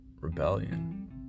rebellion